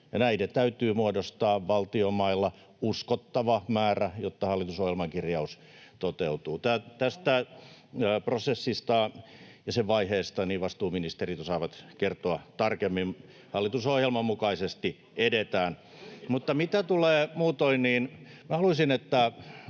Näiden täytyy muodostaa valtion mailla uskottava määrä, jotta hallitusohjelman kirjaus toteutuu. Tästä prosessista ja sen vaiheista vastuuministerit osaavat kertoa tarkemmin. Hallitusohjelman mukaisesti edetään. Mutta mitä tulee muutoin tähän, niin minä haluaisin, että